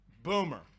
Boomer